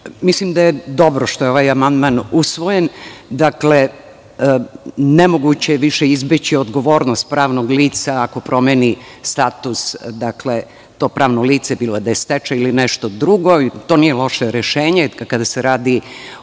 Mislim da je dobro što je ovaj amandman usvojen. Nemoguće je više izbeći odgovornost pravnog lica ako promeni status, dakle to pravno lice, bilo da je stečaj ili nešto drugo, ali to nije loše rešenje kada se radi o